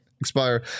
expire